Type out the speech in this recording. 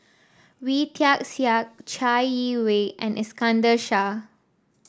Wee Tian Siak Chai Yee Wei and Iskandar Shah